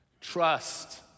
Trust